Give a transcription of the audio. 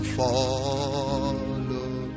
follow